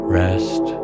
rest